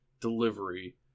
delivery